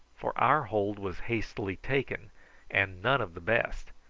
for our hold was hastily taken and none of the best,